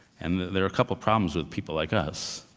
and there are a couple problems with people like us.